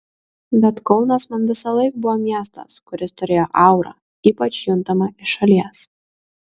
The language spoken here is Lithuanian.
bet kaunas man visąlaik buvo miestas kuris turėjo aurą ypač juntamą iš šalies